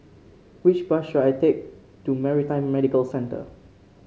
which bus should I take to Maritime Medical Centre